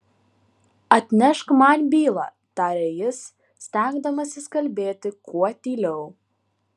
atnešk man bylą tarė jis stengdamasis kalbėti kuo tyliau